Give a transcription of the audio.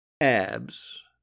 abs